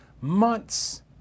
months